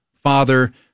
father